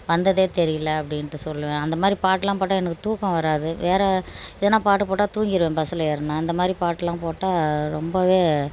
வந்ததே தெரியல அப்படின்ட்டு சொல்லுவேன் அந்தமாரி பாட்டுலாம் போட்டால் எனக்கு தூக்கம் வராது வேறு எதனா பாட்டு போட்டால் தூங்கிருவேன் பஸ்ஸில் ஏறினா அந்த மாரி பாட்டுலாம் போட்டால் ரொம்பவே